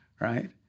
right